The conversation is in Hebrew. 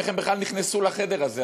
איך הם בכלל נכנסו לחדר הזה,